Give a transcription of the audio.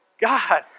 God